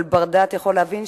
כל בר-דעת יכול להבין,